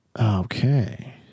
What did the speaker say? Okay